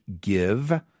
give